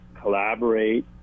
collaborate